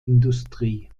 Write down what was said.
industrie